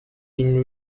been